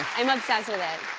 i'm obsessed with it,